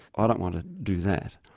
i don't want to do that,